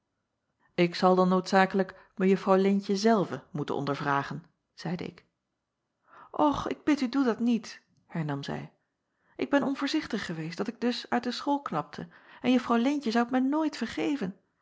k zal dan noodzakelijk ejuffrouw eentje zelve moeten ondervragen zeide ik ch ik bid u doe dat niet hernam zij ik ben onvoorzichtig geweest dat ik dus uit de school klapte en uffrouw eentje zou t mij nooit vergeven